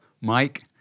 Mike